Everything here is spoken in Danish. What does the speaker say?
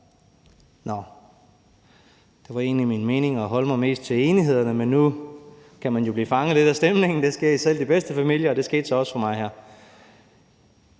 Nå, det var egentlig min mening at holde mig mest til enighederne, men man kan jo blive fanget lidt af stemningen. Det sker i selv de bedste familier, og det skete så også for mig her.